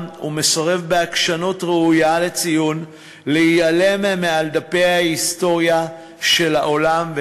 ומסרב בעקשנות ראויה לציון להיעלם מעל דפי ההיסטוריה של העולם,